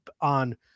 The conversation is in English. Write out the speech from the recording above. on